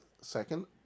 Second